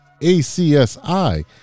ACSI